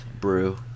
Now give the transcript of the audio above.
brew